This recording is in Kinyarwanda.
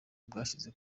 bwashyize